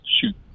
shoot